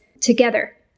together